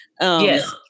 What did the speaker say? Yes